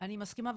אני מסכימה,